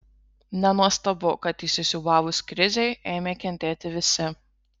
nenuostabu kad įsisiūbavus krizei ėmė kentėti visi